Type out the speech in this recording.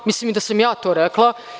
Mislim da sam i ja to rekla.